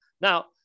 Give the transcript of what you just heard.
Now